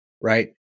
right